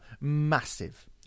massive